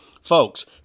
Folks